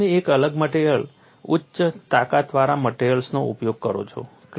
તેથી તમે એક અલગ મટેરીઅલ ઉચ્ચ તાકાતવાળા મટેરીઅલનો ઉપયોગ કરો છો